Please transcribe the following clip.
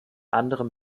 anderem